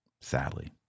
Sadly